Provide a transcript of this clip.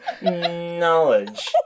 knowledge